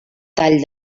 tall